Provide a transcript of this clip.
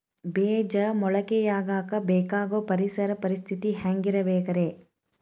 ಬೇಜ ಮೊಳಕೆಯಾಗಕ ಬೇಕಾಗೋ ಪರಿಸರ ಪರಿಸ್ಥಿತಿ ಹ್ಯಾಂಗಿರಬೇಕರೇ?